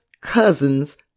cousin's